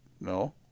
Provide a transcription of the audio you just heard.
No